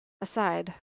aside